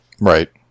right